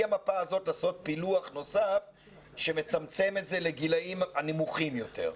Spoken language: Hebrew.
המפה הזאת לעשות פילוח נוסף שמצמצם את זה לגילאים הנמוכים יותר.